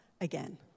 again